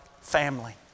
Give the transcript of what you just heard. family